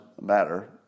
Matter